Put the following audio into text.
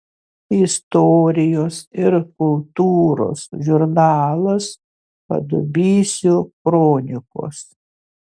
istorijos ir kultūros žurnalas padubysio kronikos